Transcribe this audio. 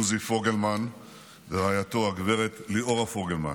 עוזי פוגלמן ורעייתו הגב' ליאורה פוגלמן,